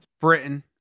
Britain